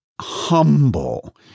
humble